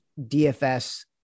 DFS